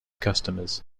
customers